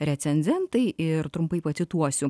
recenzentai ir trumpai pacituosiu